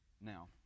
Now